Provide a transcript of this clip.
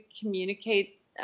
communicate